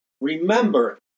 Remember